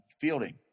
fielding